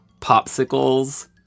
popsicles